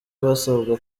basabwa